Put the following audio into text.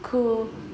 cool